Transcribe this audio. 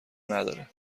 نداره